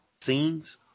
scenes